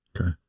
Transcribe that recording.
Okay